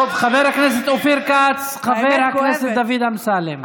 תודה, חבר הכנסת דוד אמסלם.